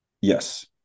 yes